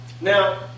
Now